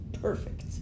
perfect